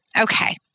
okay